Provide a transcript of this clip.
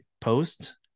post